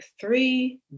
three